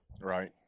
Right